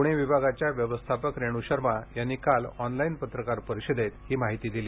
पूणे विभागाच्या व्यवस्थापक रेणू शर्मा यांनी काल ऑनलाईन पत्रकार परिषदेत ही माहिती दिली